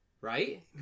right